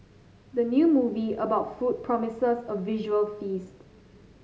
the new movie about food promises a visual feast